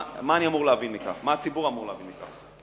מה אני אמור להבין מזה, מה הציבור אמור להבין מזה?